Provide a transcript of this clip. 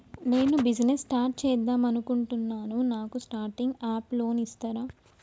నేను business start చేద్దామనుకుంటున్నాను నాకు స్టార్టింగ్ అప్ లోన్ ఇస్తారా?